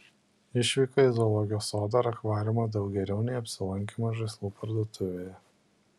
išvyka į zoologijos sodą ar akvariumą daug geriau nei apsilankymas žaislų parduotuvėje